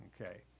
Okay